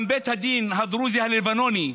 גם בית הדין הדרוזי הלבנוני,